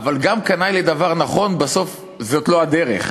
אבל גם קנאי לדבר נכון, בסוף זאת לא הדרך.